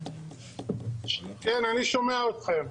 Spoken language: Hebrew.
שדלן, בבקשה.